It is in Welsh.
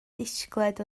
disgled